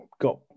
got